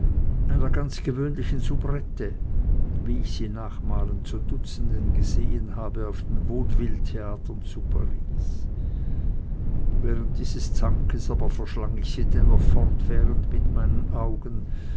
einer ganz gewöhnlichen soubrette wie ich sie nachmalen zu dutzenden gesehen habe auf den vaudevilletheatern zu paris während dieses zankes aber verschlang ich sie dennoch fortwährend mit den augen